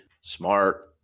smart